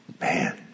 man